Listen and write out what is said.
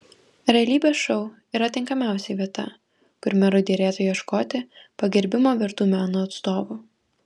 ar realybės šou yra tinkamiausia vieta kur merui derėtų ieškoti pagerbimo vertų meno atstovų